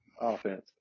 offense